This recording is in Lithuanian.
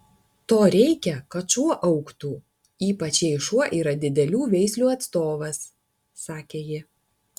to reikia kad šuo augtų ypač jei šuo yra didelių veislių atstovas sakė ji